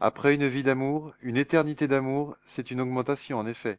après une vie d'amour une éternité d'amour c'est une augmentation en effet